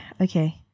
Okay